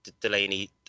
Delaney